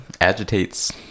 agitates